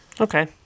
Okay